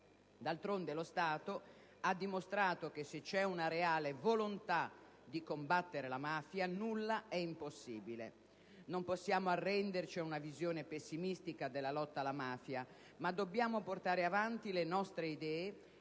D'altronde, lo Stato ha dimostrato che, se c'è una reale volontà di combattere la mafia, nulla è impossibile. Non possiamo arrenderci ad una visione pessimistica della lotta alla mafia, ma dobbiamo portare avanti le nostre idee e